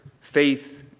faith